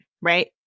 right